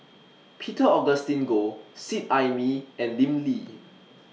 Peter Augustine Goh Seet Ai Mee and Lim Lee